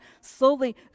slowly